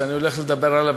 שאני הולך לדבר עליו,